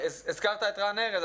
הזכרת את רן ארז,